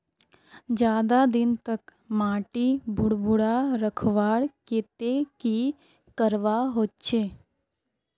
ज्यादा दिन तक माटी भुर्भुरा रखवार केते की करवा होचए?